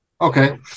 Okay